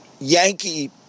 Yankee